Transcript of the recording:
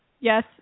Yes